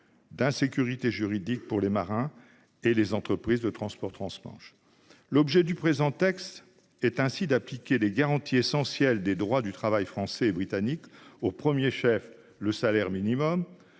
d'insécurité juridique pour les marins et les entreprises de transport transmanche. L'objet du présent texte est ainsi d'appliquer les garanties essentielles des droits du travail français et britannique, au premier chef le salaire minimum,